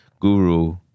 Guru